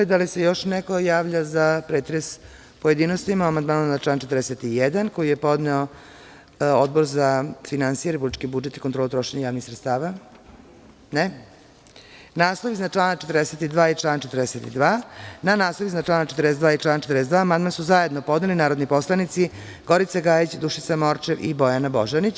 Da li se još neko javlja za pretres u pojedinostima o amandmanu na član 41. koji je podneo Odbor za finansije, republički budžet i kontrolu trošenja javnih sredstava? (Ne) Na naslov iznad člana 42. i član 42. amandman su zajedno podneli narodni poslanici Gorica Gajić, Dušica Morčev i Bojana Božanić.